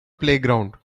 playground